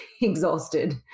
exhausted